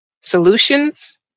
solutions